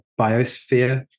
biosphere